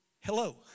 hello